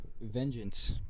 vengeance